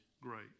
great